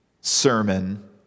sermon